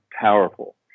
powerful